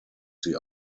sie